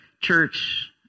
church